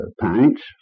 pints